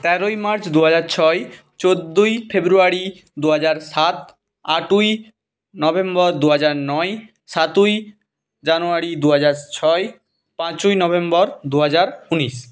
তেরোই মার্চ দু হাজার ছয় চোদ্দোই ফেব্রুয়ারি দু হাজার সাত আটই নভেম্বর দু হাজার নয় সাতই জানুয়ারি দু হাজার ছয় পাঁচই নভেম্বর দু হাজার উনিশ